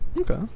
Okay